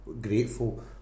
grateful